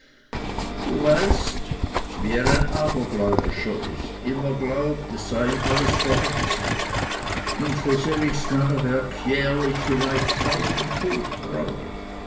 du weißt wie er ein abergläubischer ist immer glaubt es sei ihm alles verhext und für selligs narrewerk jährlich vielleicht tausend pfund braucht